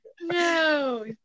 No